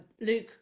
Luke